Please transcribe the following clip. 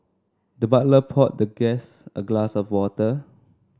the butler poured the guest a glass of water